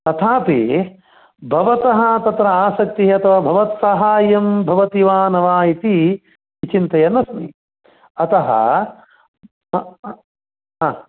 तथापि भवतः तत्र आसक्तिः अथवा भवत्साहाय्यं भवति वा न वा इति चिन्तयन् अस्मि अतः हा हा